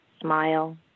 smile